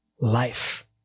Life